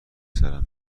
سرم